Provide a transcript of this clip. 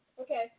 okay